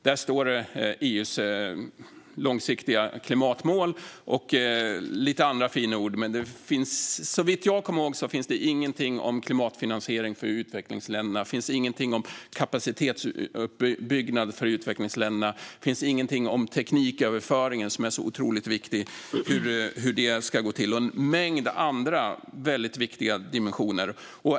Där står EU:s långsiktiga klimatmål och lite andra fina ord, men såvitt jag kommer ihåg finns det ingenting om klimatfinansiering för utvecklingsländerna, om kapacitetsuppbyggnad för utvecklingsländerna, om hur tekniköverföringen, som är så otroligt viktig, ska gå till eller om en mängd andra viktiga dimensioner.